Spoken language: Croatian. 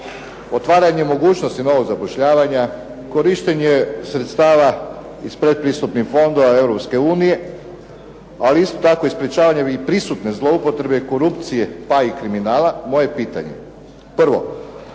otvaranje mogućnosti novog zapošljavanja, korištenje sredstava iz pretpristupnih fondova EU, a isto tako i sprečavanjem i prisutne zloupotrebe i korupcije pa i kriminala. Moje je pitanje, prvo,